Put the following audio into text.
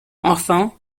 enfin